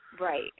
Right